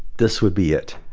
this would be it.